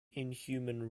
inhuman